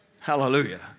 Hallelujah